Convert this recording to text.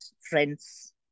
friends